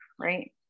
right